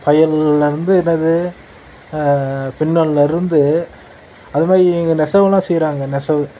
தையல்லேருந்து என்னது பின்னல்லேருந்து அது மாதிரி நெசவுல்லாம் செய்கிறாங்க நெசவு